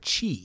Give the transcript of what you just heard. chi